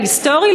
ההיסטורי,